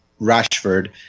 rashford